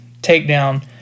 takedown